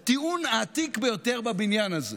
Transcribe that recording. הטיעון העתיק ביותר בבניין הזה